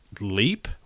leap